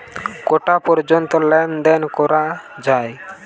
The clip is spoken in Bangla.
কটা পর্যন্ত লেন দেন করা য়ায়?